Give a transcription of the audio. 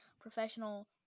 professional